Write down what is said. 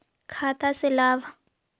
खाता से लाभ?